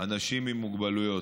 אנשים עם מוגבלויות.